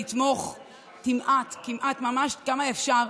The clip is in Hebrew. לתמוך, מעט מעט, כמה שאפשר,